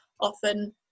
often